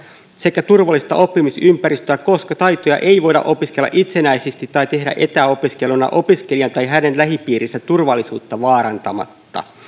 sekä turvallista oppimisympäristöä koska taitoja ei voida opiskella itsenäisesti tai tehdä etäopiskeluna opiskelijan tai hänen lähipiirinsä turvallisuutta vaarantamatta